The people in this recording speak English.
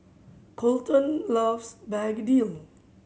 Kolton loves begedil